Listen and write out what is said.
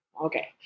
Okay